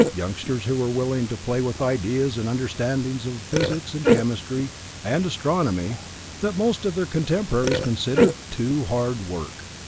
youngsters who were willing to play with ideas and understandings of physics and chemistry and astronomy that most of their contemporaries considered too hard work.